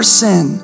sin